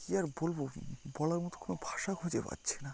কি আর বলবো বলার মতো কোনো ভাষা খুঁজে পাচ্ছি না